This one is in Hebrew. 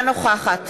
אינה נוכחת